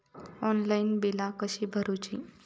Online बिला कशी भरूची?